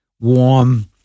warm